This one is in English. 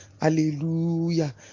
Hallelujah